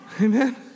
Amen